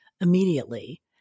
immediately